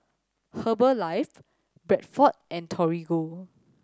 Herbalife Bradford and Torigo